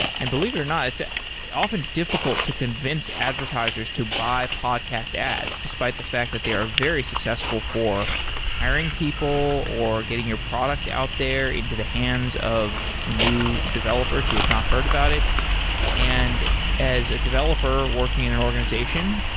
and believe it or not, it's often difficult to convince advertisers to buy podcast ads, despite the fact that they are very successful for hiring people, or getting your product out there into the hands of new developers who have not heard about it and as a developer working in an organization,